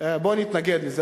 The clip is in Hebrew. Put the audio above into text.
בואו נתנגד לזה.